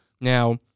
Now